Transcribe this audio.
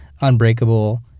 Unbreakable